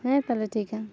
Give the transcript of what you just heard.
ᱦᱮᱸ ᱛᱟᱦᱚᱞᱮ ᱴᱷᱤᱠᱼᱟ